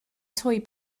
toy